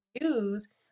use